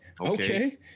okay